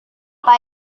pak